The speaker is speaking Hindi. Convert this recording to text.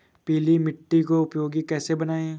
पीली मिट्टी को उपयोगी कैसे बनाएँ?